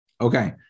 Okay